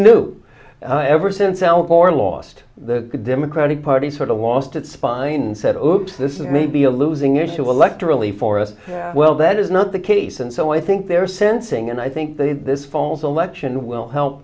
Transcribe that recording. new ever since al gore lost the democratic party sort of lost its spine said look this is maybe a losing issue electorally for us well that is not the case and so i think they're sensing and i think they this fall's election will help